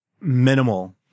minimal